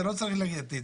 אתה לא צריך להגיד,